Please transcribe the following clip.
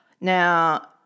Now